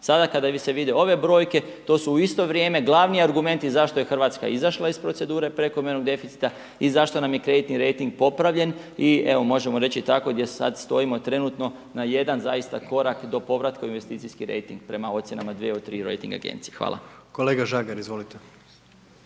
Sada kada se vide ove brojke to su u isto vrijeme glavni argumenti zašto je Hrvatska izašla iz procedure prekomjernog deficita i zašto nam je kreditni rejting popravljen i evo možemo reći tako gdje sad stojimo trenutno na jedan zaista korak do povratka u investicijski rejting prema ocjenama 2 od 3 rejting agencije. Hvala. **Jandroković,